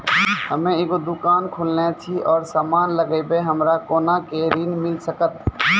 हम्मे एगो दुकान खोलने छी और समान लगैबै हमरा कोना के ऋण मिल सकत?